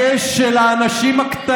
שנייה.